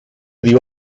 dio